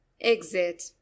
exit